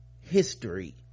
history